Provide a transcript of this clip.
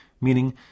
Meaning